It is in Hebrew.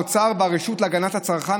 האוצר והרשות להגנת הצרכן,